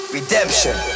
redemption